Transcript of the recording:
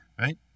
Right